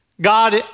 God